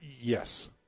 yes